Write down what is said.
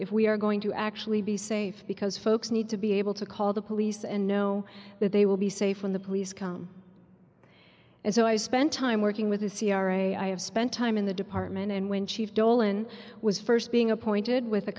if we are going to actually be safe because folks need to be able to call the police and know that they will be safe when the police come and so i spent time working with the c r a i have spent time in the department and when chief dolan was first being appointed with a